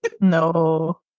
No